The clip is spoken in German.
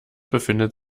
befindet